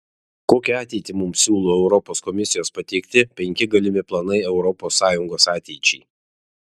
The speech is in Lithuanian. kokią ateitį mums siūlo europos komisijos pateikti penki galimi planai europos sąjungos ateičiai